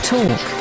Talk